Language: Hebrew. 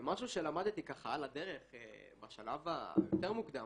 ומשהו שלמדתי על הדרך בשלב היותר מוקדם,